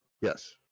Yes